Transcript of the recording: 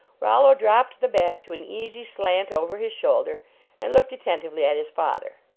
rollo dropped the bat to an easy slant over his shoulder and looked attentively at his father.